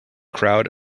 crowd